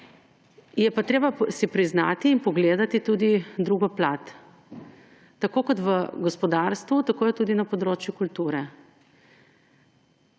Je pa treba si priznati in pogledati tudi drugo plat; tako kot v gospodarstvu, tako je tudi na področju kulture.